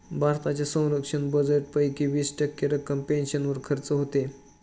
भारताच्या संरक्षण बजेटपैकी वीस टक्के रक्कम पेन्शनवर खर्च होते